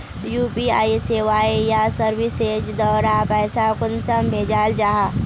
UPI सेवाएँ या services द्वारा पैसा कुंसम भेजाल जाहा?